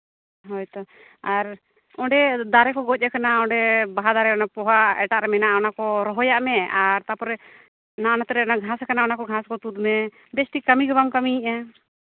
ᱦᱳᱭᱛᱚ ᱟᱨ ᱚᱸᱰᱮ ᱫᱟᱨᱮ ᱠᱚ ᱜᱚᱡᱽ ᱟᱠᱟᱱᱟ ᱚᱸᱰᱮ ᱵᱟᱦᱟ ᱫᱟᱨᱮ ᱚᱱᱟ ᱯᱚᱦᱟ ᱮᱴᱟᱜ ᱨᱮ ᱢᱮᱱᱟᱜᱼᱟ ᱚᱱᱟ ᱠᱚ ᱨᱚᱦᱚᱭᱟᱜ ᱢᱮ ᱟᱨ ᱛᱟᱨᱯᱚᱨᱮ ᱚᱱᱟ ᱱᱚᱛᱮᱨᱮ ᱜᱷᱟᱸᱥ ᱟᱠᱟᱱᱟ ᱚᱱᱟ ᱠᱚ ᱜᱷᱟᱸᱥ ᱠᱚ ᱛᱩᱫ ᱢᱮ ᱵᱮᱥᱴᱷᱤᱠ ᱠᱟᱹᱢᱤ ᱜᱮ ᱵᱟᱢ ᱠᱟᱹᱢᱤᱭᱮᱫᱼᱟ